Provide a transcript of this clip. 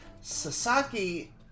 Sasaki